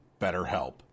BetterHelp